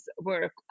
work